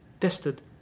tested